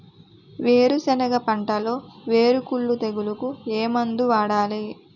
వేరుసెనగ పంటలో వేరుకుళ్ళు తెగులుకు ఏ మందు వాడాలి?